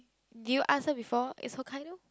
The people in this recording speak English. do you answer before is Hokkaido